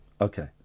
okay